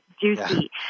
juicy